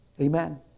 Amen